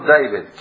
David